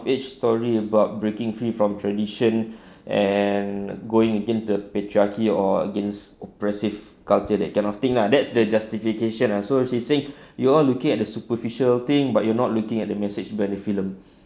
age story about breaking free from tradition and going against the patriarchy or against oppressive culture that kind of thing lah that's the justification ah so she said you're looking at the superficial thing but you're not looking at the message by the film